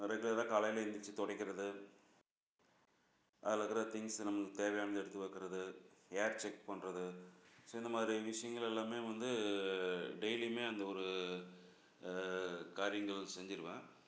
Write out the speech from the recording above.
ரெகுலராக காலையில் எந்திரிச்சு துடைக்கிறது அதில் இருக்கிற திங்க்ஸு நம்மளுக்கு தேவையானதை எடுத்து வைக்கிறது ஏர் செக் பண்ணுறது ஸோ இந்த மாதிரி விஷயங்கள் எல்லாமே வந்து டெய்லியுமே அந்த ஒரு காரியங்கள் செஞ்சிடுவேன்